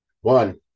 One